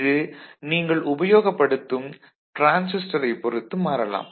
இது நீங்கள் உபயோகப்படுத்தும் டிரான்சிஸ்டரைப் பொறுத்து மாறலாம்